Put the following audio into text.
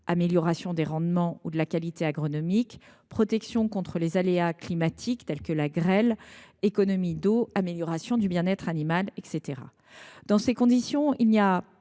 amélioration des rendements ou de la qualité agronomique, protection contre des aléas climatiques tels que la grêle, économies d’eau, amélioration du bien être animal, etc. Dans ces conditions, il n’y a